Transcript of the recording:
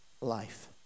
life